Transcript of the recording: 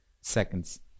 seconds